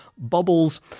bubbles